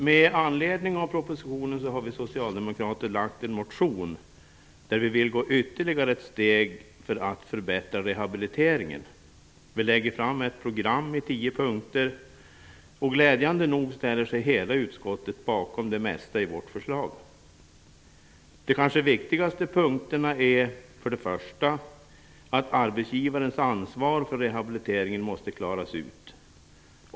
Med anledning av propositionen har vi socialdemokrater väckt en motion där vi vill gå ytterligare ett steg för att förbättra rehabiliteringen. Vi lägger fram ett program i tio punkter. Glädjande nog ställer sig hela utskottet bakom det mesta i vårt förslag. De kanske viktigaste punkterna är för det första att arbetsgivarens ansvar för rehabiliteringen måste klaras ut.